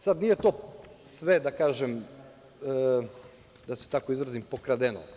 Sad, nije to sve, da kažem, da se tako izrazim, pokradeno.